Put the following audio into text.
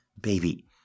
Baby